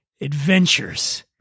adventures